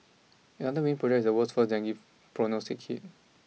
another winning project is the world's first Dengue prognostic kit